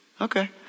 okay